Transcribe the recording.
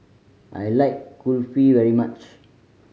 I like Kulfi very much